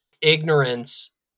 ignorance